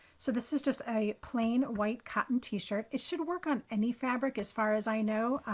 so this is just a plain white cotton t shirt. it should work on any fabric, as far as i know,